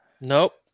Nope